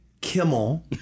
Kimmel